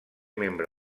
membre